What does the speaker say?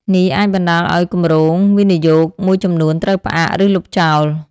នេះអាចបណ្ដាលឲ្យគម្រោងវិនិយោគមួយចំនួនត្រូវផ្អាក ឬលុបចោល។